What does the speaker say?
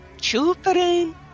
children